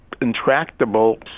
intractable